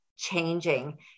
changing